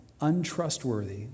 untrustworthy